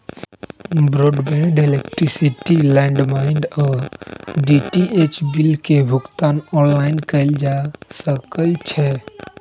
broadband, electricity, landline आऽ DTH bill के भुगतान ऑनलाइन कएल जा सकइ छै